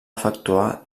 efectuar